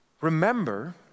Remember